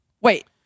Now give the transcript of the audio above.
Wait